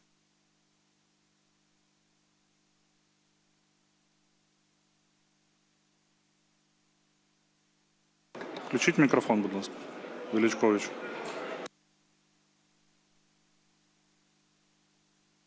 Включіть мікрофон, будь ласка, Величковичу.